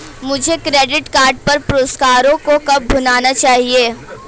मुझे credit card पर पुरस्कारों को कब भुनाना चाहिए?